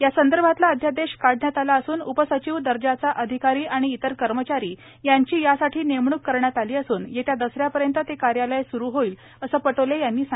यासंदर्भातला अध्यादेश काढण्यात आला असून उपसचिव दर्जाचा अधिकारी आणि इतर कर्मचारी यांची यासाठी नेमणूक करण्यात आली असून येत्या दसऱ्यापर्यंत ते कार्यालय स्रु होईल असं पटोले यांनी सांगितलं